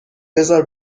بزار